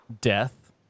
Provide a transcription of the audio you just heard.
death